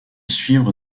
suivre